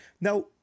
Now